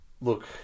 look